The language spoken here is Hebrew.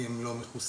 כי הם לא מכוסים.